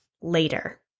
later